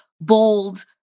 bold